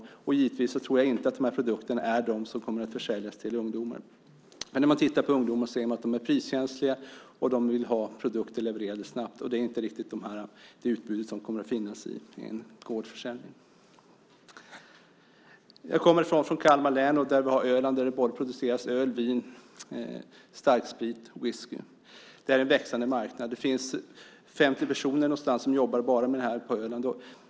Jag tror givetvis inte att dessa produkter kommer att försäljas till ungdomar. Ungdomar är priskänsliga och vill ha produkter levererade snabbt, och det gäller inte det utbud som kommer att finnas i en gårdsförsäljning. Jag kommer från Kalmar län, och på Öland produceras det öl, vin och starksprit, whisky. Det är en växande marknad. Det finns ca 50 personer som bara jobbar med detta på Öland.